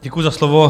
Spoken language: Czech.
Děkuju za slovo.